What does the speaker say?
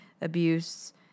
abuse